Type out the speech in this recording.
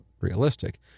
realistic